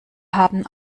haben